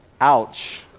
Ouch